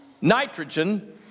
nitrogen